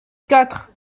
quatre